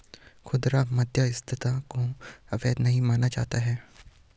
खुदरा मध्यस्थता को अवैध नहीं माना जाता है